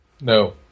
No